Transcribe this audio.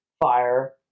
fire